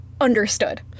understood